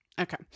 Okay